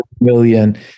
million